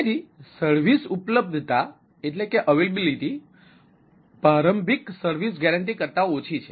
તેથી સર્વિસ ઉપલબ્ધતા પ્રારંભિક સર્વિસ ગેરંટી કરતા ઓછી છે